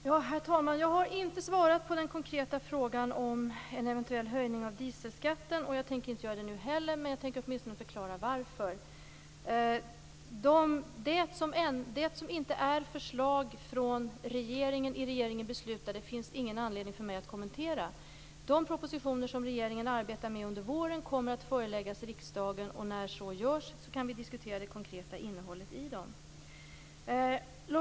Herr talman! Jag har inte svarat på den konkreta frågan om en eventuell höjning av dieselskatten och tänker inte göra det nu heller men jag tänker åtminstone förklara varför. Det som inte är förslag från regeringen och i regeringen beslutat finns det ingen anledning för mig att kommentera. De propositioner som regeringen arbetar med under våren kommer att föreläggas riksdagen. När så görs kan vi diskutera det konkreta innehållet i dem.